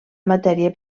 matèria